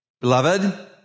Beloved